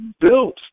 built